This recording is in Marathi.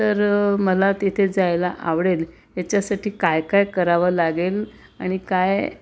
तर मला तिथे जायला आवडेल याच्यासाठी काय काय करावं लागेल आणि काय